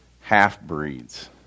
half-breeds